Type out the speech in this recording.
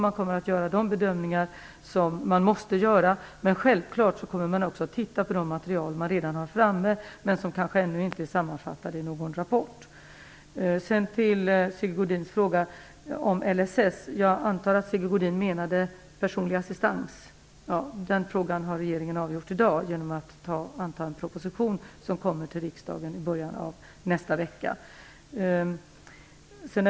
Man kommer att göra de bedömningar som man måste göra. Men självklart kommer man också att titta på det material som man redan har framme men som kanske ännu inte är sammanfattat i någon rapport. Sigge Godin frågade om LSS. Jag antar att Sigge Godin menade personlig assistans. Den frågan har regeringen avgjort i dag genom att anta en proposition som kommer till riksdagen i början av nästa vecka.